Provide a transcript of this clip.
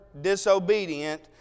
disobedient